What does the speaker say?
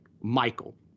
michael